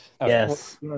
Yes